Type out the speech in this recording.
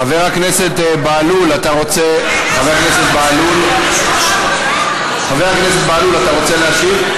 חבר הכנסת בהלול, אתה רוצה להשיב?